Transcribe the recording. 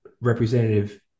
representative